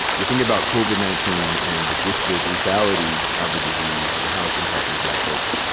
you think about covid nineteen and the disparate lethality of the disease and how it's impacting black folks.